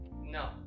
No